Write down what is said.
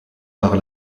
par